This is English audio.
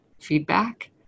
feedback